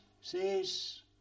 says